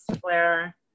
flare